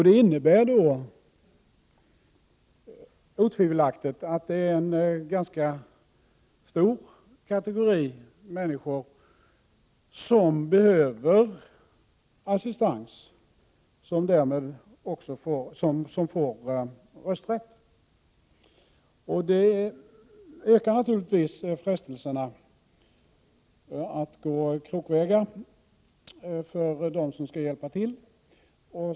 Det innebär otvivelaktigt att en ganska stor kategori människor får rösträtt och därmed behöver assistans. Det ökar naturligtvis frestelserna att gå krokvägar för dem som skall hjälpa till.